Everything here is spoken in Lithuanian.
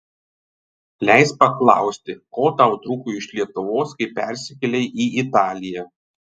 leisk paklausti ko tau trūko iš lietuvos kai persikėlei į italiją